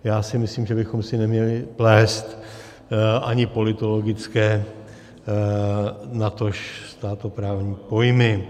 Já si myslím, že bychom si neměli plést ani politologické, natož státoprávní pojmy.